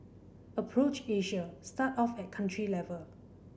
approach Asia start off at country level